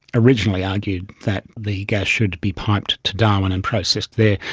originally argued that the gas should be piped to darwin and processed there,